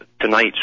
tonight